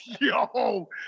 Yo